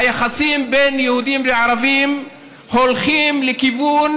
היחסים בין יהודים לערבים הולכים לכיוון